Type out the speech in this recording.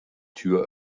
tür